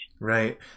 Right